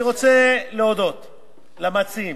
אני רוצה להודות למציעים,